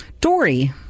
Dory